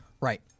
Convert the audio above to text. Right